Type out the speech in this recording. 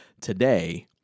today